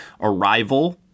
Arrival